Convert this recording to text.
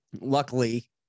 luckily